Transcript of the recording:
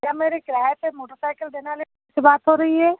क्या मेरी किराये पर मोटर साइकिल देने वाले से बात हो रही है